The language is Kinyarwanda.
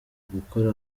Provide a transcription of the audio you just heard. gukora